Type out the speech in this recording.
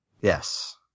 Yes